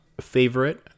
favorite